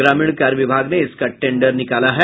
ग्रामीण कार्य विभाग ने इसका टेंडर निकाला है